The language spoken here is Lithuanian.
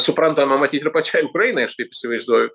suprantama matyt ir pačiai ukrainai aš kaip įsivaizduoju